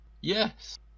Yes